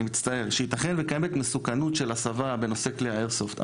אני מצטער - ייתכן שקיימת מסוכנות של הסבה בנושא כלי האיירסופט.